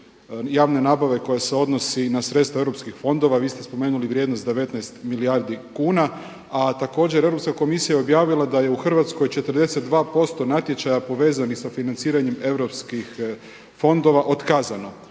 javne nabave koja se odnosi na sredstva europskih fondova, vi ste spomenuli vrijednost 19 milijardi kuna, a također Europska komisija je objavila da je u Hrvatskoj 42% natječaja povezanih sa financiranjem europskih fondova otkazano